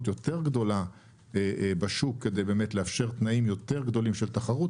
יותר גדולה בשוק כדי לאפשר תנאים יותר גדולים של תחרות,